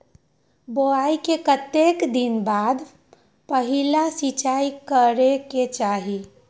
बोआई के कतेक दिन बाद पहिला सिंचाई करे के चाही?